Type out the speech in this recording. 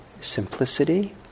simplicity